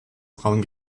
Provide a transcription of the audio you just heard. braun